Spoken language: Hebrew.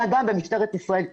קצינת סחר בבני אדם, משטרת ישראל.